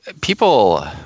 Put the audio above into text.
People